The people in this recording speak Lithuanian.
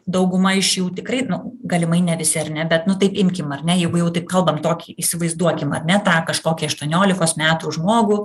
dauguma iš jų tikrai nu galimai ne visi ar ne bet nu taip imkim ar ne jeigu jau taip kalbam tokį įsivaizduokim ar ne tą kažkokį aštuoniolikos metų žmogų